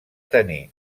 tenir